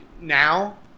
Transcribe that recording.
now